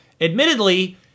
admittedly